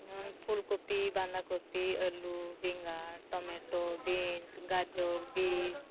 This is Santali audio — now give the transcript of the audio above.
ᱡᱮᱢᱚᱱ ᱯᱷᱩᱞ ᱠᱚᱯᱤ ᱵᱟᱸᱫᱟ ᱠᱚᱯᱤ ᱟᱞᱩ ᱵᱮᱸᱜᱟᱲ ᱴᱚᱢᱮᱴᱳ ᱵᱤᱱᱥ ᱜᱟᱡᱚᱨ ᱵᱤᱴ